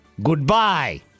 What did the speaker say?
goodbye